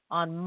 on